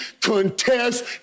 contest